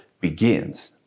begins